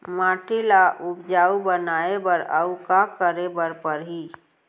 माटी ल उपजाऊ बनाए बर अऊ का करे बर परही?